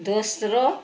दोस्रो